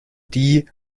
die